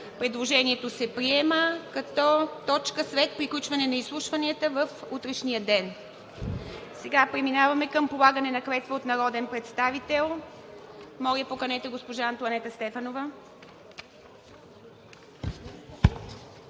Предложението се приема като точка след приключване на изслушванията в утрешния ден. Преминаване към полагане на клетва от народен представител. Моля, поканете госпожа Антоанета Стефанова.